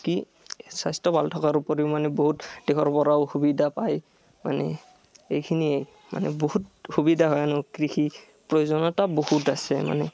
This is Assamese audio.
কি স্বাস্থ্য ভাল থকাৰ ওপৰিও মানে বহুত দেশৰ পৰাও সুবিধা পায় মানে এইখিনিয়ে মানে বহুত সুবিধা হয় আনু কৃষি প্ৰয়োজনতা বহুত আছে মানে